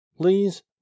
Please